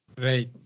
Right